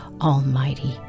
almighty